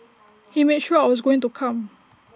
he made sure I was going to come